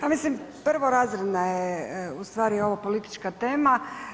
Pa mislim prvorazredna je u stvari ovo politička tema.